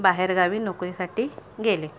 बाहेरगावी नोकरीसाठी गेले